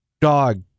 dog